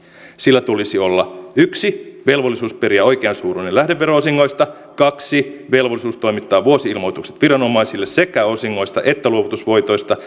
sillä tulisi olla yksi velvollisuus periä oikeansuuruinen lähdevero osingoista kaksi velvollisuus toimittaa vuosi ilmoitukset viranomaisille sekä osingoista että luovutusvoitoista